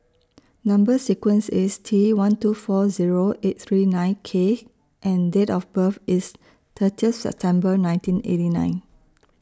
Number sequence IS T one two four Zero eight three nine K and Date of birth IS thirtieth September nineteen eighty nine